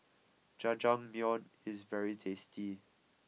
Jajangmyeon is very tasty